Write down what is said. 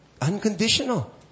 unconditional